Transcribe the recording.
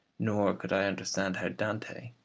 nor could i understand how dante,